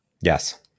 Yes